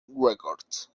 records